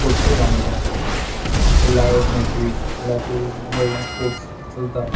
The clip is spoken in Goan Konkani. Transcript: स्पोर्टस पोवपा मेयटा सो लायव मॅचीस म्हळ्या तूं वल्डां स्पोट्स चलता